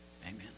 Amen